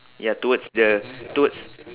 ya towards the towards